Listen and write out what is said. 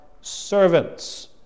servants